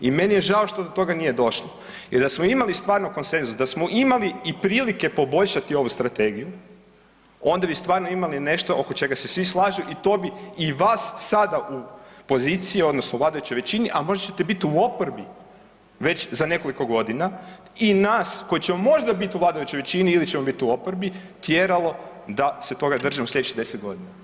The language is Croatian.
I meni je žao što do toga nije došlo jer da smo imali stvarno konsenzus, da smo imali i prilike poboljšati ovu strategiju onda bi stvarno imali nešto oko čega se svi slažu i to bi i vas sada u poziciji odnosno u vladajućoj većini, a možda ćete biti u oporbi već za nekoliko godina i nas koji ćemo možda biti u vladajućoj većini ili ćemo biti u oporbi tjeralo da se toga držimo slijedećih 10 godina.